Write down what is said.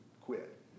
quit